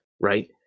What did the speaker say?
right